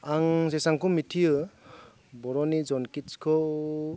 आं जेसेबांखौ मिथियो बर'नि जन किट्सखौ